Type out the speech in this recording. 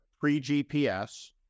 pre-GPS